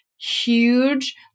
huge